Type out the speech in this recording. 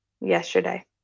yesterday